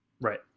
Right